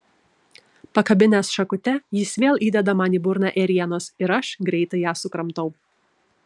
pakabinęs šakute jis vėl įdeda man į burną ėrienos ir aš greitai ją sukramtau